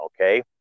okay